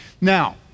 Now